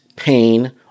pain